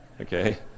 Okay